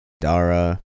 Dara